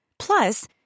Plus